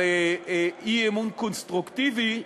על אי-אמון קונסטרוקטיבי,